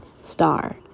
star